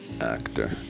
actor